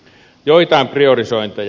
joitain priorisointeja